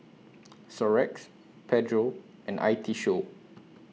Xorex Pedro and I T Show